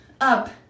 up